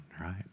right